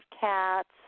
cats